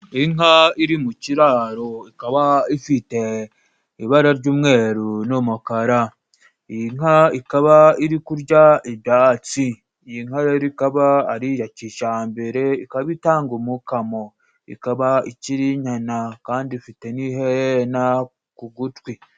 Inka iri mu kiraro ikaba ifite ibara ry'umweru n'umukara. Inka ikaba iri kurya ibyatsi. Iyi nka rero ikaba ari iya kijambere, ikaba itanga umukamo. Ikaba ikiri inyana kandi ifite n'iherena ku gutwi.